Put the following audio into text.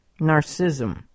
Narcissism